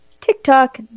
TikTok